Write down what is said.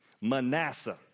Manasseh